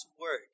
word